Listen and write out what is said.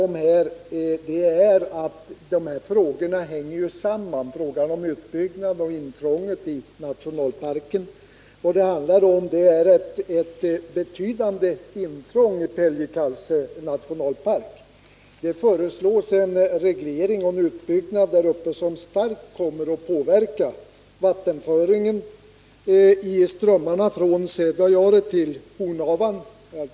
Men de här frågorna hänger samman — frågan om utbyggnad och frågan om intrång i nationalparken. Vad det handlar om är ett betydande intrång i Pieljekaise nationalpark. Det föreslås en reglering och en utbyggnad som starkt kommer att påverka vattenföringen i strömmarna från Sädvajaure till Hornavan.